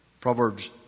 Proverbs